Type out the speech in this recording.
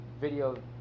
video